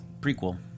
prequel